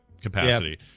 capacity